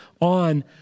on